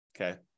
Okay